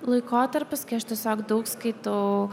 laikotarpis kai aš tiesiog daug skaitau